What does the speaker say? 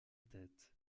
tête